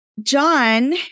John